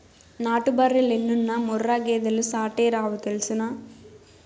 నాటు బర్రెలెన్నున్నా ముర్రా గేదెలు సాటేరావు తెల్సునా